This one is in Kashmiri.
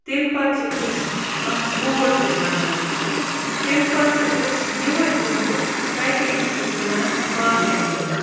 تمہِ پَتہٕ چھِ أسۍ اَتھ اوٹ تہِ بَناوان تمہِ پَتہٕ چھِ أسۍ یِہٕے توٚمُل پیکیج تھرٛوٗ کٕنان باقٕیَن یِمَن